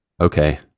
Okay